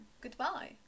goodbye